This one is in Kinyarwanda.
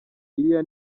iriya